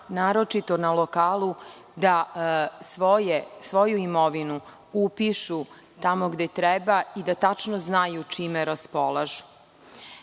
naročito na lokalu da svoju imovinu upišu tamo gde treba i da tačno znaju čime raspolažu.U